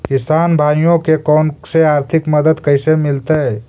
किसान भाइयोके कोन से आर्थिक मदत कैसे मीलतय?